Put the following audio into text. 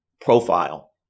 profile